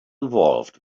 involved